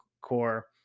core